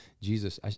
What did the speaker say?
Jesus